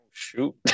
Shoot